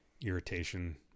irritation